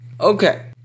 Okay